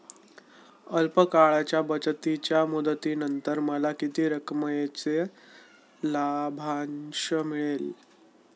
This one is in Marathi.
अल्प काळाच्या बचतीच्या मुदतीनंतर मला किती रकमेचा लाभांश मिळेल?